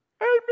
Amen